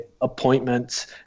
appointments